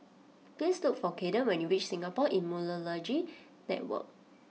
please look for Caden when you reach Singapore Immunology Network